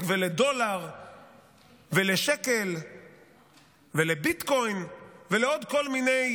ולדולר ולשקל ולביטקוין ולעוד כל מיני